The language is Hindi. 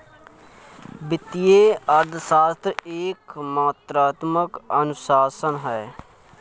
वित्तीय अर्थशास्त्र एक मात्रात्मक अनुशासन है